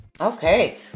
Okay